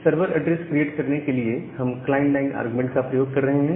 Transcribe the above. server address create करने के लिए हम कमांड लाइन आरग्यूमेंट का प्रयोग कर रहे हैं